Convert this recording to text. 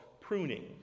pruning